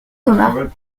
thomas